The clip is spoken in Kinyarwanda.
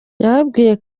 yababwiye